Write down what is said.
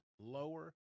lower